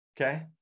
Okay